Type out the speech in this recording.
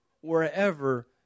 wherever